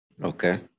okay